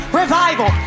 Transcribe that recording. revival